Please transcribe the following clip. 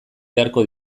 beharko